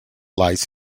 lies